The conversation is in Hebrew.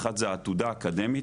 אחד זה העתודה האקדמית,